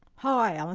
hi, alan.